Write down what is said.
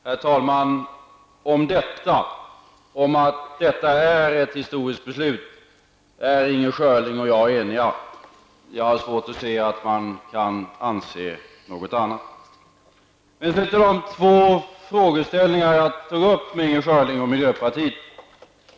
Herr talman! Om att detta är ett historiskt beslut är Inger Schörling och jag eniga. Jag har svårt att se att man kan anse något annat. Men jag vill upprepa de två frågeställningar jag framförde till Inger Schörling och miljöpartiet.